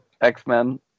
X-Men